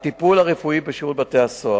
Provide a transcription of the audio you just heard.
הטיפול הרפואי בשירות בתי-הסוהר,